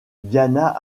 diana